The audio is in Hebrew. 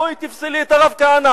בואי תפסלי את הרב כהנא.